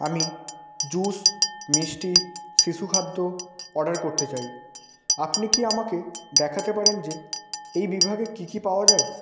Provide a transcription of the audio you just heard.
আমি জুস মিষ্টি শিশু খাদ্য অর্ডার করতে চাই আপনি কি আমাকে দেখাতে পারেন যে এই বিভাগে কী কী পাওয়া যায়